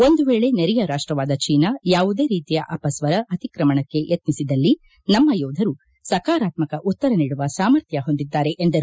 ಒಂದು ವೇಳೆ ನೆರೆಯ ರಾಷ್ಟವಾದ ಚೀನಾ ಯಾವುದೇ ರೀತಿಯ ಅಪಸ್ವರ ಅತಿಕ್ರಮಣಕ್ಕೆ ಯತ್ನಿಸಿದಲ್ಲಿ ನಮ್ಮ ಯೋಧರು ಸಕಾರಾತ್ವಕ ಉತ್ತರ ನೀಡುವ ಸಾಮರ್ಥ್ವ ಹೊಂದಿದ್ದಾರೆ ಎಂದರು